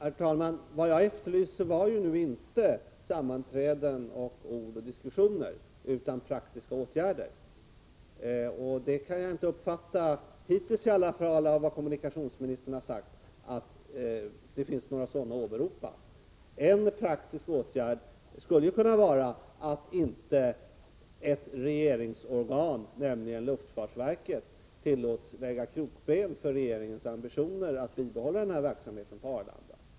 Herr talman! Vad jag efterlyste var nu inte sammanträden, ord och diskussioner utan praktiska åtgärder. Av vad kommunikationsministern har sagt, hittills i alla fall, kan jag inte uppfatta att det finns några sådana att åberopa. En praktisk åtgärd skulle kunna vara att se till att inte ett regeringsorgan, nämligen luftfartsverket, tillåts lägga krokben för regeringens ambitioner att bibehålla denna verksamhet på Arlanda.